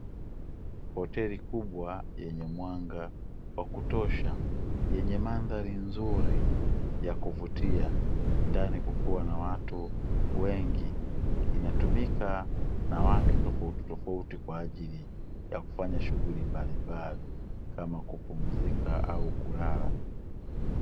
Hoteli kubwa yenye mwanga wa kutosha yenye mandhari nzuri ya kuvutia ndani kukiwa na watu wengi, inatumika na watu tofautitofauti kwa ajili ya kufanya shughuli mbalimbali kama kupumzika au kulala.